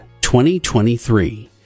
2023